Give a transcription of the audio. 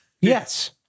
Yes